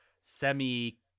semi